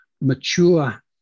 mature